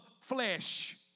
flesh